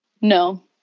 no